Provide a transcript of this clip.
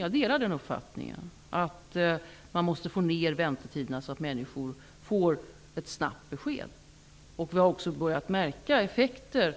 Jag delar uppfattningen att man måste få ner väntetiderna så att människor får ett snabbt besked. Vi har också börjat märka effekter